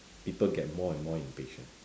people get more and more impatient